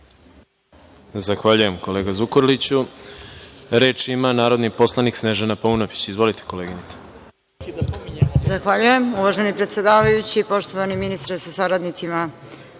Zahvaljujem, kolega Zukorliću. Reč ima narodni poslanik Snežana Paunović. Izvolite, koleginice. **Snežana Paunović** Zahvaljujem. Uvaženi predsedavajući, poštovani ministre sa saradnicima,